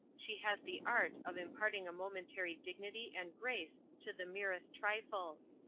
she has the art of imparting a momentary dignity and grace to the merest trifles.